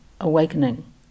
awakening